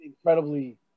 incredibly